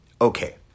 Okay